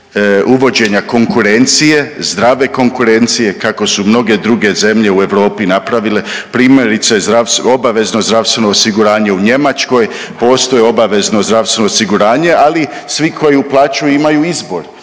uvođenja konkurencije, zdrave konkurencije kako su mnoge druge zemlje u Europi napravile. Primjerice obavezno zdravstveno osiguranje u Njemačkoj. Postoji obavezno zdravstveno osiguranje ali svi koji uplaćuju imaju izbor